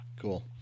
Cool